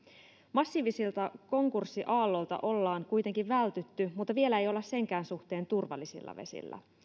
massiivisilta konkurssiaalloilta ollaan kuitenkin vältytty mutta vielä ei olla senkään suhteen turvallisilla vesillä